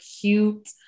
cute